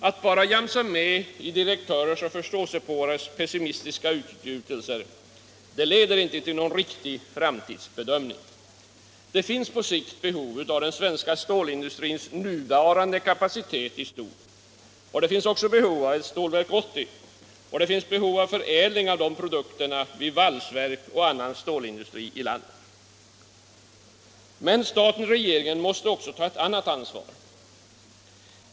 Att bara jamsa med i direktörers och förståsigpåares pessimistiska utgjutelser leder inte till någon riktig framtidsbedömning. Det finns på sikt behov av den svenska stålindustrins nuvarande kapacitet, det finns behov av ett Stålverk 80 och det finns behov av förädling av dess produkter vid valsverk och annan stålindustri i landet. Men staten/regeringen måste också ta ett annat ansvar.